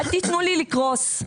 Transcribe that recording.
אל תיתנו לי לקרוס.